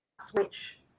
switch